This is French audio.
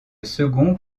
second